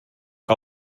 que